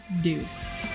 deuce